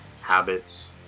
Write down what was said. Habits